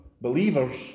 believers